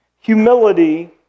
humility